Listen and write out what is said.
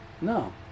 No